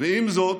ועם זאת,